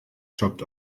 chopped